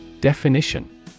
Definition